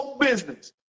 business